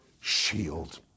shield